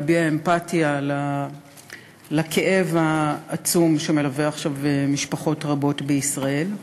להביע אמפתיה לכאב העצום שמלווה עכשיו משפחות רבות בישראל.